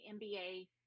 MBA